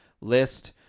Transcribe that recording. list